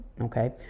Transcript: Okay